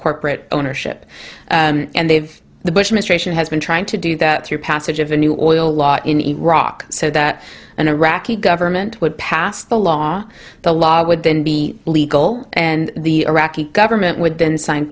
corporate ownership and they've the bush adminstration has been trying to do that through passage of a new oil law in iraq so that an iraqi government would pass the law the law would then be legal and the iraqi government would then sign